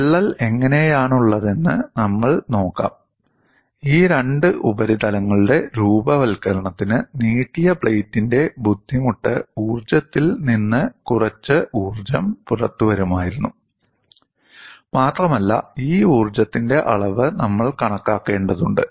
വിള്ളൽ എങ്ങനെയാണുള്ളതെന്ന് നമ്മൾ നോക്കാം ഈ രണ്ട് ഉപരിതലങ്ങളുടെ രൂപവത്കരണത്തിന് നീട്ടിയ പ്ലേറ്റിന്റെ ബുദ്ധിമുട്ട് ഊർജ്ജത്തിൽ നിന്ന് കുറച്ച് ഊർജ്ജം പുറത്തുവരുമായിരുന്നു മാത്രമല്ല ഈ ഊർജ്ജത്തിന്റെ അളവ് നമ്മൾ കണക്കാക്കേണ്ടതുണ്ട്